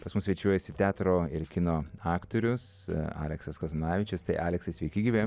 pas mus svečiuojasi teatro ir kino aktorius aleksas kazanavičius tai aleksai sveiki gyvi